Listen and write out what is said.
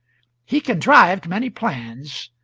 he contrived many plans,